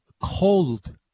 cold